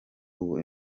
ubu